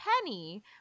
Penny